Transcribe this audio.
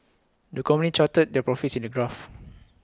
the company charted their profits in the graph